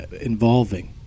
involving